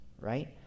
right